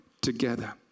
together